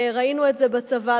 ראינו את זה בצבא,